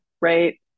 right